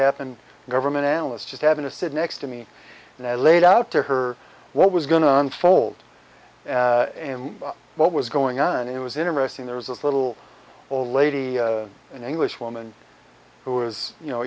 happened government alice just having to sit next to me and i laid out to her what was going on fold and what was going on and it was interesting there was this little old lady an english woman who was you know